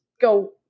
go